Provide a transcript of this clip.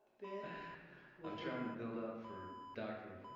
been i'm trying to build up for dr.